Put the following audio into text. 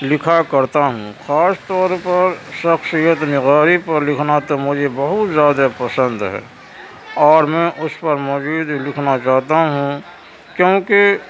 لکھا کرتا ہوں خاص طور پر شخصیت نگاری پر لکھنا تو مجھے بہت زیادہ پسند ہے اور میں اس پر مزید لکھنا چاہتا ہوں کیوں کہ